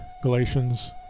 Galatians